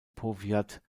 powiat